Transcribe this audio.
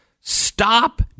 Stop